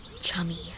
chummy